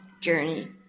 journey